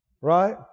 Right